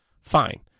Fine